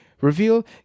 Reveal